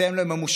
אתם לא ממושמעים,